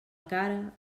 cara